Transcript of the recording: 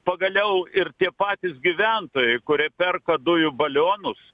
pagaliau ir tie patys gyventojai kurie perka dujų balionus